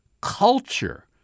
culture